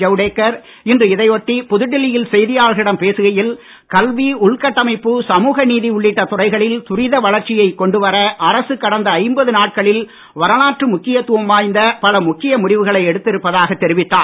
ஜவுடேகர் இன்று இதையொட்டி புதுடெல்லியில் பிரகாஷ் செய்தியாளர்களிடம் பேசுகையில் கல்வி உள்கட்டமைப்பு சமூக நீதி உள்ளிட்ட துறைகளில் துரித வளர்ச்சியைக் கொண்டுவர அரசு கடந்த ஐம்பது நாட்களில் வரலாற்று முக்கியத்துவம் வாய்ந்த பல முக்கிய முடிவுகளை எடுத்து இருப்பதாகத் தெரவித்தார்